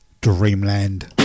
Dreamland